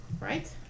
Right